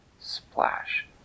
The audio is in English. splash